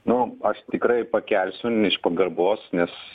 nu aš tikrai pakelsiu iš pagarbos nes